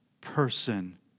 person